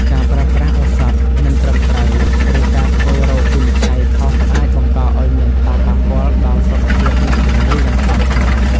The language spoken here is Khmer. ការប្រើប្រាស់ឱសថមិនត្រឹមត្រូវ ឬការធ្វើរោគវិនិច្ឆ័យខុសអាចបង្កឱ្យមានផលប៉ះពាល់ដល់សុខភាពអ្នកជំងឺយ៉ាងធ្ងន់ធ្ងរ។